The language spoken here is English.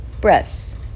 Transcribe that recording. breaths